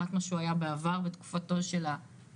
מה שהוא היה בעבר בתקופתו של הקודם.